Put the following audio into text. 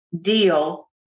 deal